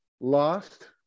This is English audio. Lost